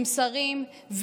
עם שרים,